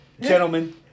Gentlemen